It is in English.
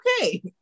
okay